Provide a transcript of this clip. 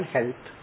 Health